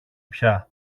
πια